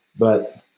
but